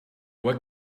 what